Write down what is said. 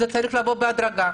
זה צריך לבוא בהדרגה.